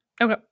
Okay